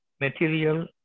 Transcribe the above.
material